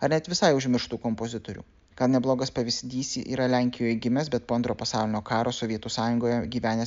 ar net visai užmirštų kompozitorių gan neblogas pavyzdys yra lenkijoj gimęs bet po antro pasaulinio karo sovietų sąjungoje gyvenęs